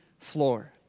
floor